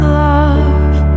love